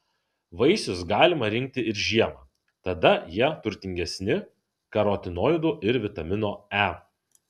vaisius galima rinkti ir žiemą tada jie turtingesni karotinoidų ir vitamino e